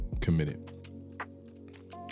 committed